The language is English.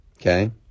Okay